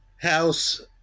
House